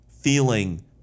feeling